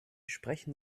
sprechen